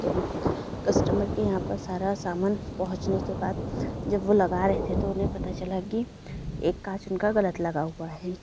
तो कस्टमर के यहाँ पर सारा सामान पहुंचाने के बाद जब वो लगा रहे थे तो उन्हें पता चला कि एक काँच उनका का ग़लत लगा हुआ है अभी